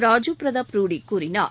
ராஜீவ் பிரதாப் ரூடி கூறினார்